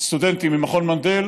סטודנטים ממכון מנדל: